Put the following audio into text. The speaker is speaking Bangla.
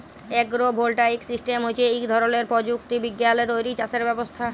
এগ্রো ভোল্টাইক সিস্টেম হছে ইক ধরলের পরযুক্তি বিজ্ঞালে তৈরি চাষের ব্যবস্থা